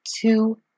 two